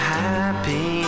happy